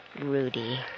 Rudy